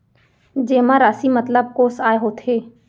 जेमा राशि मतलब कोस आय होथे?